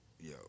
yo